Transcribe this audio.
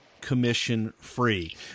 commission-free